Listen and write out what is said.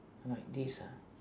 like this ha